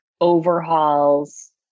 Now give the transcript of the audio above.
overhauls